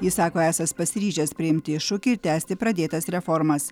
jis sako esąs pasiryžęs priimti iššūkį ir tęsti pradėtas reformas